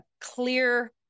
clear